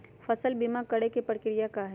फसल बीमा करे के प्रक्रिया का हई?